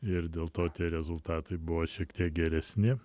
ir dėl to tie rezultatai buvo šiek tiek geresni